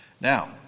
Now